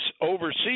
overseas